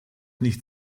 nicht